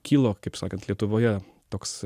kilo kaip sakant lietuvoje toks